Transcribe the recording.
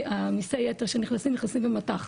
מיסי היתר שנכנסים נכנסים במט"ח.